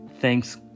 Thanks